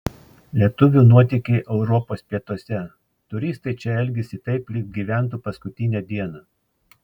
lietuvių nuotykiai europos pietuose turistai čia elgiasi taip lyg gyventų paskutinę dieną